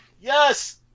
Yes